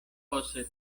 fosse